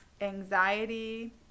Anxiety